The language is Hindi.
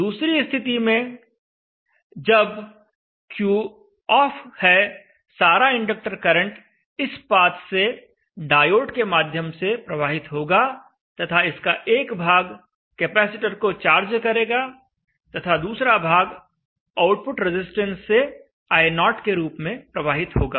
दूसरी स्थिति में जब Q ऑफ है सारा इंडक्टर करंट इस पाथ से डायोड के माध्यम से प्रवाहित होगा तथा इसका एक भाग कैपेसिटर को चार्ज करेगा तथा दूसरा भाग आउटपुट रेजिस्टेंस से I0 के रूप में प्रवाहित होगा